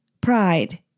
pride